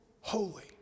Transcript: holy